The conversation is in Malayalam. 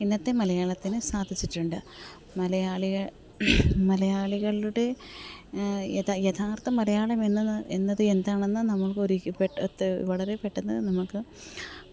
ഇന്നത്തെ മലയാളത്തിന് സാധിച്ചിട്ടുണ്ട് മലയാളിയെ മലയാളികളുടെ യഥാര്ത്ഥ മലയാളെമെന്നത് എന്നത് എന്താണെന്ന് നമ്മള്ക്ക് വളരെ പെട്ടെന്ന് നമുക്ക്